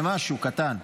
במשהו קטן.